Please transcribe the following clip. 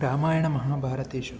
रामायणमहाभारतेषु